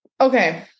okay